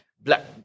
black